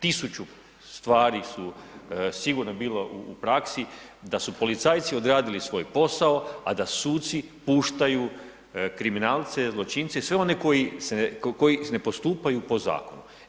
Tisuću stvari su sigurno bile u praksi da su policajci odradili svoj posao a da suci puštaju kriminalce, zločince i sve one koji ne postupaju po zakonu.